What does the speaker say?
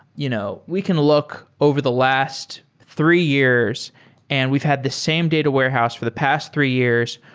you know we can look over the last three years and we've had the same data warehouse for the past three years.